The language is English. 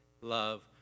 love